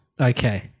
Okay